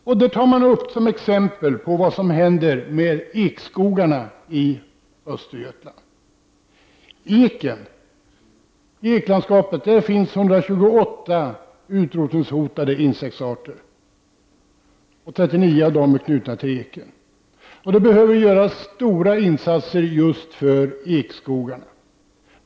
I motionen tar man som ett exempel upp vad som händer med ekskogarna i Östergötland. I eklandskapet finns 128 utrotningshotade insektsarter, och 39 av dem är knutna till eken. Det behöver göras stora insatser just för ekskogarna.